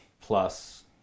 plus